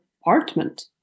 apartment